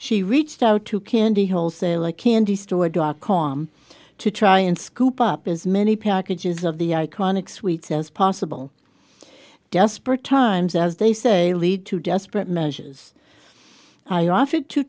she reached out to candy wholesale like candy store dot com to try and scoop up as many packages of the iconic sweets as possible just per times as they say lead to desperate measures i offered to